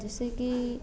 जैसे कि